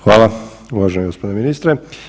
Hvala uvaženi gospodine ministre.